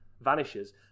vanishes